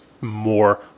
more